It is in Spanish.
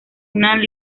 una